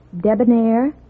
debonair